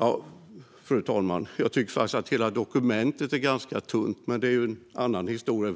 Ja, fru talman, jag tycker faktiskt att hela dokumentet är ganska tunt, men det är en annan historia.